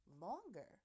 longer